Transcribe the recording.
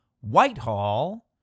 Whitehall